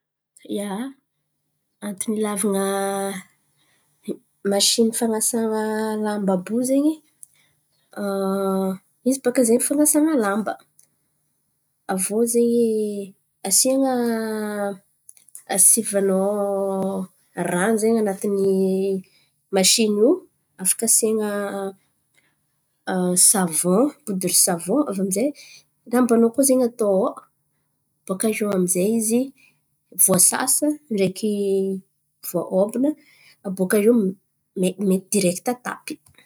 Ia, antony ilàvan̈a masìny fan̈asan̈a lamba àby io zen̈y, izy baka zen̈y fan̈asan̈a lamba. Aviô zen̈y asian̈a asivanao ran̈o zen̈y an̈atin'ny masìny io afaka asian̈a savòn podira savòn aviô amy zay lambanao koa zen̈y atao ao. Bòka iô amy zay izy voasasa ndreky voaôbana, abôkaiô me- me- mety direkty atapy.